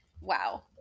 Wow